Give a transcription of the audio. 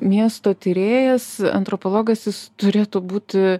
miesto tyrėjas antropologas jis turėtų būti